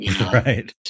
Right